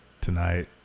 tonight